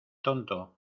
tonto